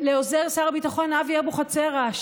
לעוזר שר הביטחון אבי אבוחצירא,